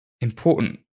important